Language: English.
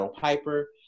Piper